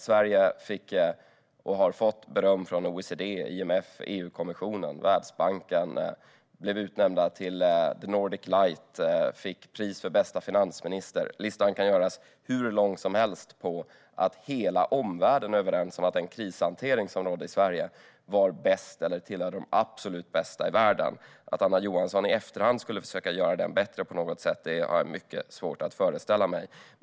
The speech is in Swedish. Sverige har fått beröm från OECD, IMF, EU-kommissionen och Världsbanken, blivit utnämnt till The Nordic Light och fått pris för bästa finansminister. Listan kan göras hur lång som helst - hela omvärlden är överens om att den krishantering som skedde i Sverige tillhörde de absolut bästa i världen. Att Anna Johansson i efterhand skulle försöka göra den bättre på något sätt har jag mycket svårt att föreställa mig.